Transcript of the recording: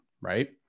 right